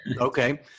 okay